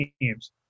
teams